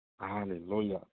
Hallelujah